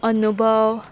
अनुभव